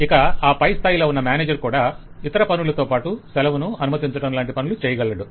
ఇక ఆ పై స్థాయిలో ఉన్న మేనేజర్ కూడా ఇతర పనులతోపాటు సెలవును అనుమతించడం లాంటి పనులు చెయ్యగలడు